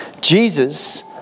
Jesus